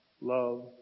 love